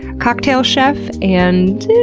cocktail chef, and